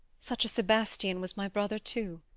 such a sebastian was my brother too,